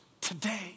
today